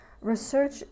research